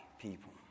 people